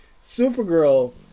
Supergirl